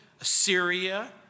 Assyria